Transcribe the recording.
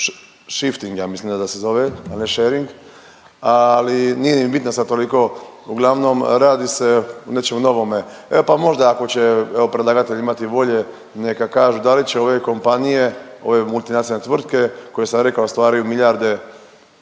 shifting ja mislim da, da se zove, a ne shering, ali nije ni bitno sad toliko uglavnom radi se o nečemu novome, e pa možda ako će evo predlagatelj imati volje, neka kažu da li će ove kompanije, ove multinacionalne tvrtke koje sam rekao ostvaruju milijarde